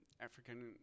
African